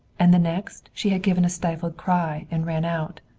and the next she had given a stifled cry and ran out.